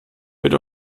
wird